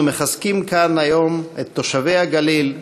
אנחנו מחזקים כאן היום את תושבי הגליל,